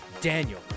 Daniel